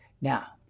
Now